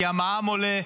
כי המע"מ עולה,